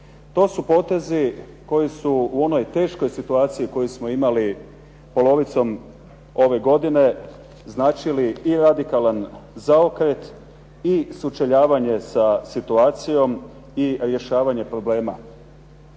To su potezi koji su u onoj teškoj situaciji koju smo imali polovicom ove godine značili i radikalan zaokret i sučeljavanje sa situacijom i rješavanje problema.